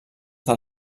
del